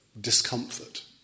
discomfort